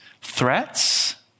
threats